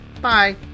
Bye